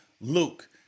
Luke